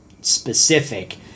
specific